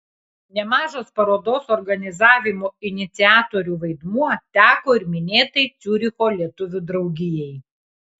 nemažas parodos organizavimo iniciatorių vaidmuo teko ir minėtai ciuricho lietuvių draugijai